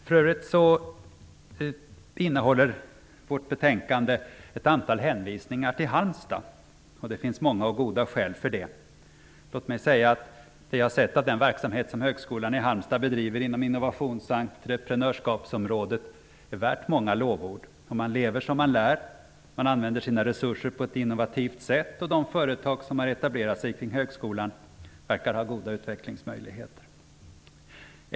Betänkandet om innovationsstöd innehåller ett antal hänvisningar till Halmstad. Det finns många och goda skäl för detta. Låt mig säga att det jag har sett av den verksamhet som Högskolan i Halmstad bedriver inom innovations och entreprenörskapssområdet är värt många lovord. Man lever som man lär, och man använder sina resurser på ett mycket innovativt sätt. De företag som har etablerat sig kring högskolan verkar ha goda utvecklingsmöjligheter.